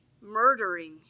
murdering